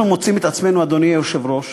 אנחנו מוצאים את עצמנו, אדוני היושב-ראש,